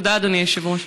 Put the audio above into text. תודה, אדוני היושב-ראש.